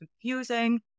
confusing